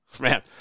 man